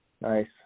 Nice